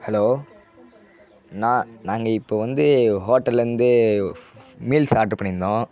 hello நான் நாங்கள் இப்போ வந்து ஹோட்டல்லந்து ஃப் ஃப் மீல்ஸ் ஆட்ரு பண்ணிருந்தோம்